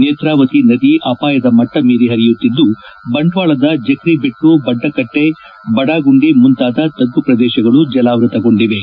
ನೇತ್ರಾವತಿ ನದಿ ಅಪಾಯದ ಮಟ್ಟ ಮೀರಿ ಹರಿಯುತ್ತಿದ್ದು ಬಂಟ್ನಾಳದ ಜಕ್ರಿಬೆಟ್ಟು ಬದ್ದಕಟ್ಟೆ ಬಡಾಗುಂಡಿ ಮುಂತಾದ ತಗ್ಗು ಪ್ರದೇಶಗಳು ಜಲಾವೃತಗೊಂಡಿವೆ